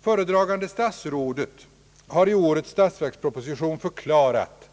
Föredragande statsrådet har i årets statsverksproposition förklarat